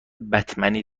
بتمنی